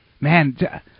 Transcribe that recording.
Man